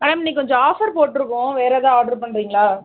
madam இன்றைக்கு கொஞ்சம் offer போட்டிருக்கோம் வேறு ஏதா ஆடர் பண்ணுறீங்களா